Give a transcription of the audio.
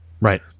Right